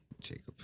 Jacob